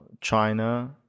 China